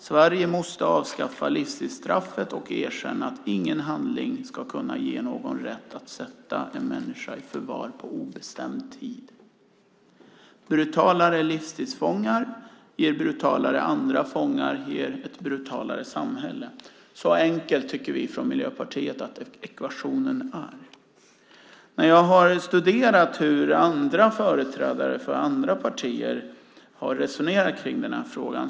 Sverige måste avskaffa livstidsstraffet och erkänna att ingen handling ska kunna ge någon rätt att sätta en människa i förvar på obestämd tid. Brutalare livstidsfångar ger brutalare andra fångar och ger ett brutalare samhälle. Så enkel tycker vi från Miljöpartiet att ekvationen är. Jag har studerat hur företrädare för andra partier har resonerat kring den här frågan.